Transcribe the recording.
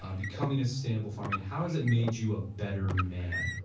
um becoming a sustainable farming, how has it made you a better man?